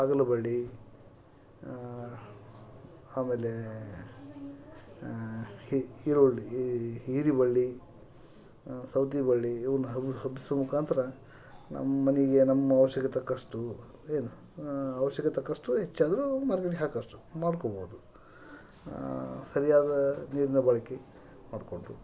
ಹಾಗಲ ಬಳ್ಳಿ ಆಮೇಲೆ ಈರುಳ್ಳಿ ಹೀರೇಬಳ್ಳಿ ಸೌತೇ ಬಳ್ಳಿ ಇವನ್ನ ಹಬ್ಸೋ ಮುಖಾಂತರ ನಮ್ಮಮನೆಗೆ ನಮ್ಮ ಅವಶ್ಯಕ್ಕೆ ತಕ್ಕಷ್ಟು ಏನು ಅವಶ್ಯಕ್ಕೆ ತಕ್ಕಷ್ಟು ಹೆಚ್ಚಾದರೂ ಮಾರ್ಕೆಟಿಗೆ ಹಾಕೋಷ್ಟು ಮಾಡ್ಕೊಬೋದು ಸರಿಯಾದ ನೀರನ್ನ ಬಳಕೆ ಮಾಡಿಕೊಂಡು